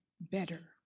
better